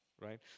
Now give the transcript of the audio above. right